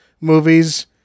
movies